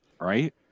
right